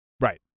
Right